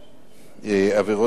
(עבירות ושיפוט),